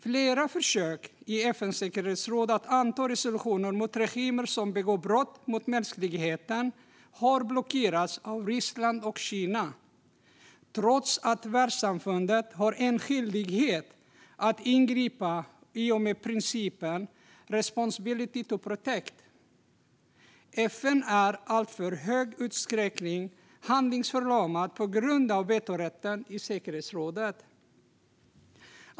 Flera försök att i FN:s säkerhetsråd anta resolutioner mot regimer som begår brott mot mänskligheten har blockerats av Ryssland och Kina, trots att världssamfundet har en skyldighet att ingripa i och med principen responsibility to protect. FN är i alltför hög utsträckning handlingsförlamat på grund av vetorätten i säkerhetsrådet.